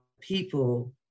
people